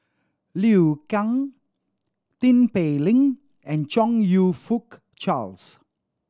Liu Kang Tin Pei Ling and Chong You Fook Charles